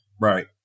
right